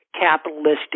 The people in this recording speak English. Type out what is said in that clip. capitalistic